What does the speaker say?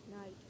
night